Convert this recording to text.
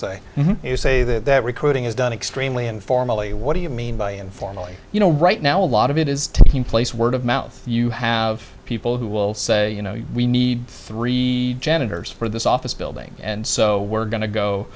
say that recruiting is done extremely informally what do you mean by informally you know right now a lot of it is taking place word of mouth you have people who will say you know we need three janitors for this office building and so we're going to go